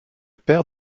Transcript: père